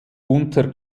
unter